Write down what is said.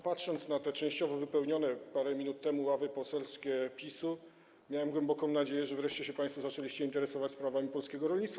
Patrząc na te częściowo wypełnione parę minut temu ławy poselskie PiS-u, miałem głęboką nadzieję, że wreszcie się państwo zaczęli interesować sprawami polskiego rolnictwa.